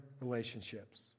relationships